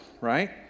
right